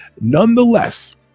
Nonetheless